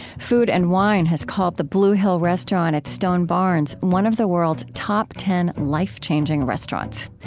food and wine has called the blue hill restaurant at stone barns one of the world's top ten life-changing restaurants.